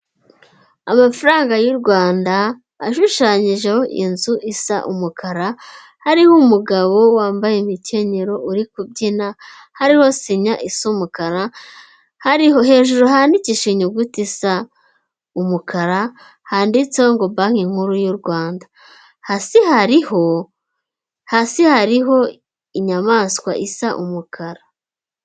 Amafaranga y'u Rwanda ashushanyijeho inzu isa umukara, hariho umugabo wambaye imikenyero uri kubyina, hariho sinya isa umukara, hariho hejuru handikishije inyuguti isa umukara handitseho ngo "Banki Nkuru y'u Rwanda", hasi hariho inyamaswa isa umukara.